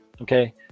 Okay